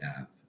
app